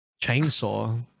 Chainsaw